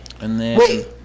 Wait